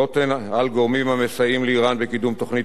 הן על גורמים המסייעים לאירן בקידום תוכנית